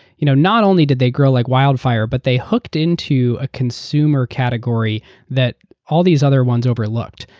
you know not only did they grow like wildfire, but they hooked into a consumer category that all these other ones overlooked.